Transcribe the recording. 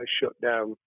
shutdown